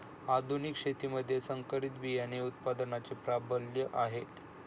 आधुनिक शेतीमध्ये संकरित बियाणे उत्पादनाचे प्राबल्य आहे